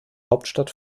hauptstadt